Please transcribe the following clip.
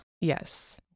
Yes